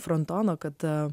frontono kada